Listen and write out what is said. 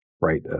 right